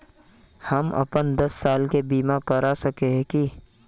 हम अपन दस साल के बीमा करा सके है की?